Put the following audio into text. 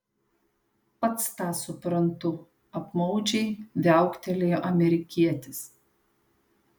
pats tą suprantu apmaudžiai viauktelėjo amerikietis